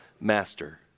master